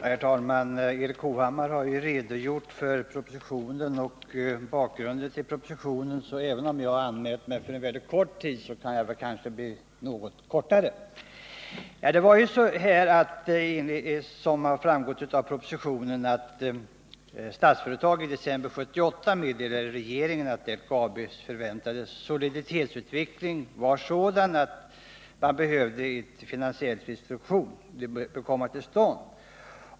Herr talman! Erik Hovhammar har redogjort för propositionen och bakgrunden till den, så även om jag har anmält mig för en mycket kort taletid kan jag fatta mig ännu kortare än jag hade avsett. Såsom framgår av propositionen meddelade Statsföretag i december 1978 regeringen att LKAB:s förväntade soliditetsutveckling var sådan att man behövde genomföra en finansiell rekonstruktion.